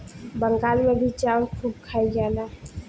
बंगाल मे भी चाउर खूब खाइल जाला